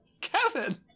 Kevin